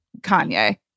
Kanye